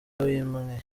wimwe